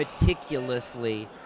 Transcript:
meticulously